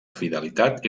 fidelitat